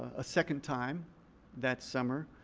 ah second time that summer.